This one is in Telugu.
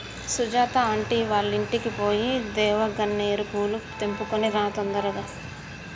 సుజాత ఆంటీ వాళ్ళింటికి పోయి దేవగన్నేరు పూలు తెంపుకొని రా తొందరగా